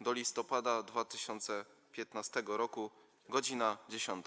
do listopada 2015 r. - godz. 10.